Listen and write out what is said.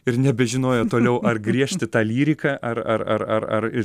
ir nebežinojo toliau ar griežti tą lyriką ar ar ar ar ar ir